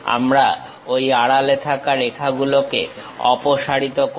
আমরা ওই আড়ালে থাকা রেখাগুলোকে অপসারিত করি